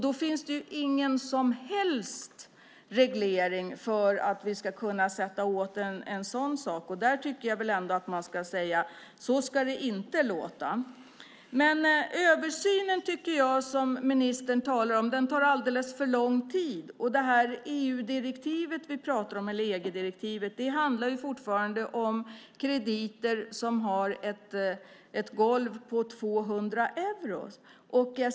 Det finns ingen som helst reglering som gör att vi kan sätta åt en sådan sak. Där tycker jag väl ändå att vi ska säga: Så ska det inte låta! Men den översyn som ministern talar om tycker jag tar alldeles för lång tid. Och EG-direktivet vi pratar om handlar ju fortfarande om krediter som har ett golv på 200 euro.